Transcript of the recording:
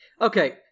Okay